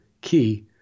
key